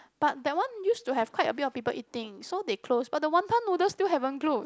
but that one used to have quite a bit of people eating so they closed but the wanton noodles still haven't close